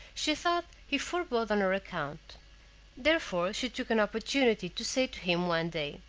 she thought he forebore on her account therefore she took an opportunity to say to him one day